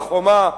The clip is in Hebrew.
הר-חומה.